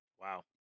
Wow